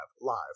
live